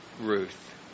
Ruth